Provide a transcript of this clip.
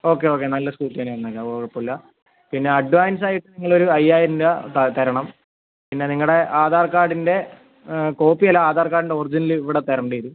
okay okay നല്ല scooty തന്നെ തന്നേക്കാം അത് കുഴപ്പമില്ല പിന്നെ അഡ്വാൻസ് ആയി നിങ്ങൾ ഒരു അയ്യായിരം രൂപ തരണം പിന്നെ നിങ്ങളുടെ ആധാർ കാർഡിൻ്റെ കോപ്പി അല്ല ആധാർ കാർഡിൻ്റെ ഒറിജിനൽ ഇവിടെ തരേണ്ടി വരും